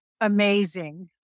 amazing